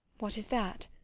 what is that?